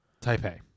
Taipei